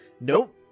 nope